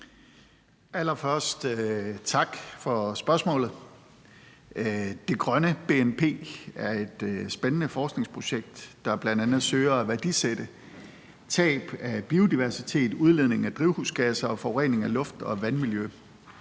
Allerførst tak for spørgsmålet. Det grønne bnp er et spændende forskningsprojekt, der bl.a. søger at værdisætte tab af biodiversitet, udledning af drivhusgasser og forurening af luft- og vandmiljø,